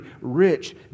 rich